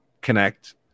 connect